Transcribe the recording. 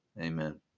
Amen